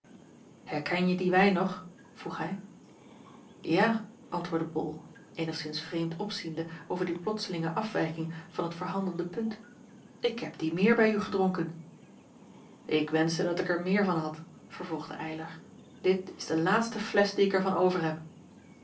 geven herkenje dien wijn nog vroeg hij ja antwoordde bol eenigszins vreemd opziende over die plotselinge afwijking van het verhandelde punt ik heb dien meer bij u gedronken ik wenschte dat ik er meer van had vervolgde eylar dit is de laatste flesch die ik er van overheb en